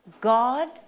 God